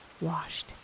Washed